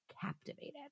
captivated